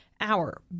hour